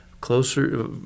closer